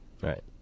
right